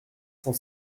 cent